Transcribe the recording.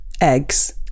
eggs